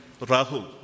Rahul